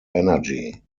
energy